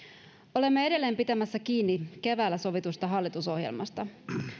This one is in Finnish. olemme edelleen pitämässä kiinni keväällä sovitusta hallitusohjelmasta